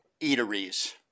eateries